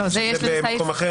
זה במקום אחר?